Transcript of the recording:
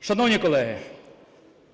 Шановні колеги!